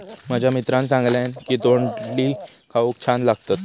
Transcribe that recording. माझ्या मित्रान सांगल्यान की तोंडली खाऊक छान लागतत